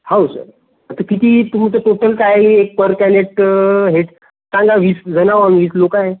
हो सर आता किती तुमचं टोटल काय आहे एक पर कँडेट हे सांगा वीसजण आहोत वीस लोक आहे